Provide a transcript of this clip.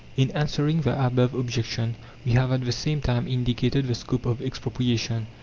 in answering the above objection we have at the same time indicated the scope of expropriation.